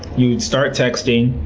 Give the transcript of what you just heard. you'd start texting,